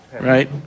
Right